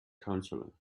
counselor